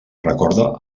recorda